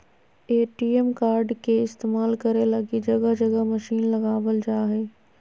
ATM card के इस्तेमाल करे लगी जगह जगह मशीन लगाबल जा हइ